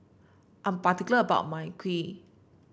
I'm particular about my Kheer